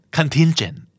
Contingent